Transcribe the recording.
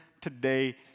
today